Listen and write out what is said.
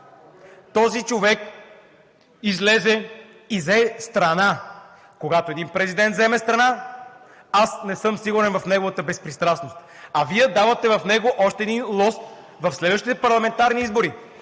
Този човек излезе и зае страна. Когато един президент заеме страна, аз не съм сигурен в неговата безпристрастност. А Вие му давате още един лост в следващите парламентарни избори.